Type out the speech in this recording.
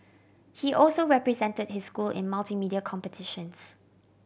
he also represented his school in multimedia competitions